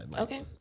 Okay